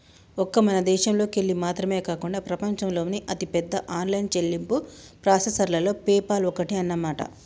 ఒక్క మన దేశంలోకెళ్ళి మాత్రమే కాకుండా ప్రపంచంలోని అతిపెద్ద ఆన్లైన్ చెల్లింపు ప్రాసెసర్లలో పేపాల్ ఒక్కటి అన్నమాట